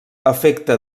afecta